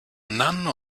none